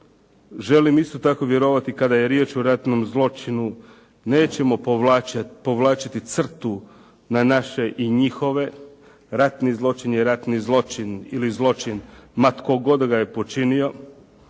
Želim isto tako vjerovati kada je riječ o ratnom zločinu nećemo povlačiti crtu na naše i njihove. Ratni zločin je ratni zločin ili zločin ma tko god ga je počinio